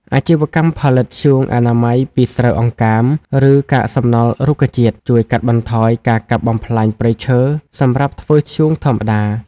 អាជីវកម្មផលិតធ្យូងអនាម័យពីស្រូវអង្កាម ឬកាកសំណល់រុក្ខជាតិ ជួយកាត់បន្ថយការកាប់បំផ្លាញព្រៃឈើសម្រាប់ធ្វើធ្យូងធម្មតា។